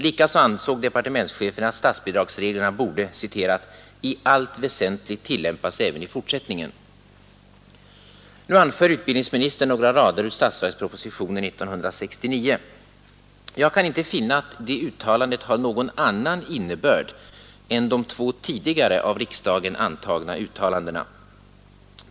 Likaså ansåg departementschefen att statsbidragsreglerna borde ”'i allt väsentligt tillämpas även i fortsättningen”. Nu anför utbildningsministern några rader ur statsverkspropositionen 1969. Jag kan inte finna att det uttalandet har någon annan innebörd än de två tidigare av riksdagen antagna uttalandena.